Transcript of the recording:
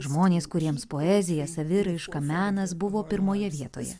žmonės kuriems poezija saviraiška menas buvo pirmoje vietoje